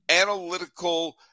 analytical